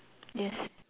yes